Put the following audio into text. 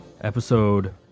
episode